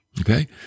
Okay